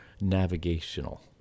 navigational